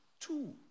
two